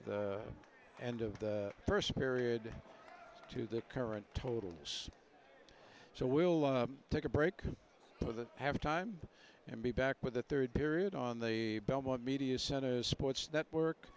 the end of the first period to the current totals so we'll take a break for the half time and be back with the third period on the belmont media center sports network